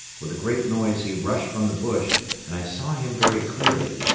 with a great noise he rushed from the bush and i saw him very clearly,